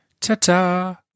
Ta-ta